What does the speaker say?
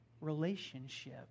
relationship